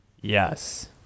Yes